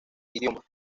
idioma